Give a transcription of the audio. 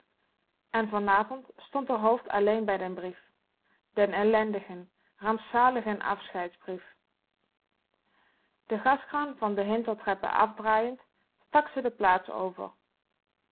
en vanavond stond r hoofd alleen bij den brief den ellendigen rampzaligen afscheidsbrief de gaskraan van de hintentreppe afdraaiend stak ze de plaats over